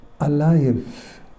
alive